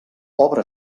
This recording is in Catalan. obra